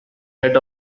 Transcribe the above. head